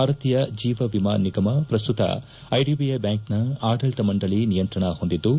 ಭಾರತೀಯ ಜೀವ ಎಮಾ ನಿಗಮ ಪ್ರಸ್ತುತ ಐಡಿಐ ಬ್ವಾಂಕ್ನ ಆಡಳಿತ ಮಂಡಳಿ ನಿಯಂತ್ರಣ ಹೊಂದಿದ್ದು